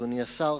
אדוני השר,